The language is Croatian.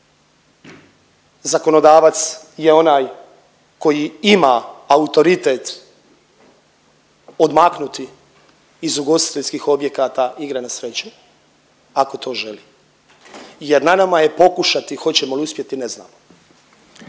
Zakonodavac je ona koji ima autoritet odmaknuti iz ugostiteljskih objekata igre na sreću ako to želi, jer na nama je pokušati hoćemo li uspjeti, ne znamo.